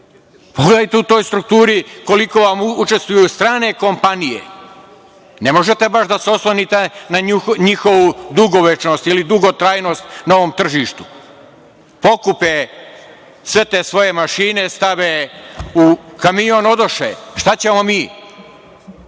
Pogledajte u toj strukturi koliko vam učestvuju strane kompanije. Ne možete baš da se oslonite na njihovu dugovečnost ili dugotrajnost na ovom tržištu. Pokupe sve svoje mašine, stave u kamion i odoše, šta ćemo